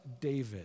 David